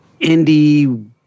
indie